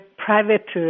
private